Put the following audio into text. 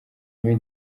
ami